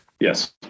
yes